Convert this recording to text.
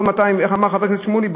איך אמר חבר הכנסת שמולי?